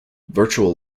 virtual